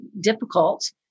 difficult